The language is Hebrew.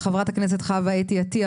של חברת הכנסת חוה אתי עטייה,